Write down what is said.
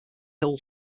hill